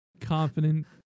confident